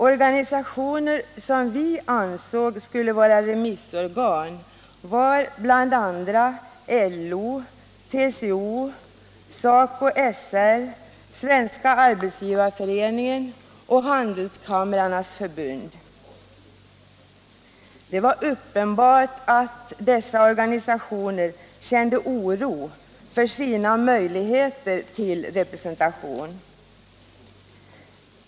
Organisationer som vi ansåg skulle vara remissorgan var bl.a. LO, TCO, SACO/SR, Svenska arbetsgivareföreningen och Handelskamrarnas förbund. Det var uppenbart att dessa organisationer kände oro för sina möjligheter till representation.